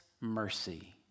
mercy